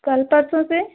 कल परसों से